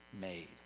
made